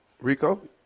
Rico